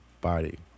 body